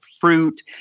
fruit